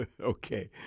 Okay